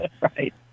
right